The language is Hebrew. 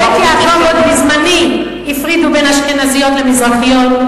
ב"בית יעקב" עוד בזמני הפרידו בין אשכנזיות למזרחיות.